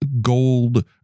gold